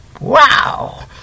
wow